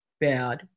bad